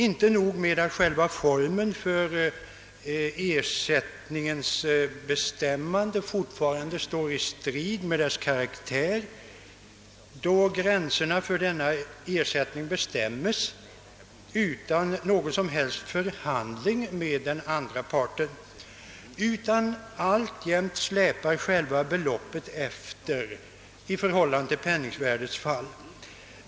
Inte nog med att själva formen för ersättningens bestämmande fortfarande står i strid med dess karaktär, eftersom storleken av ersättningen bestäms utan någon som helst förhandling med den andra parten, utan dessutom släpar själva beloppet efter i förhållande till penningvärdets fall.